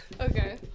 Okay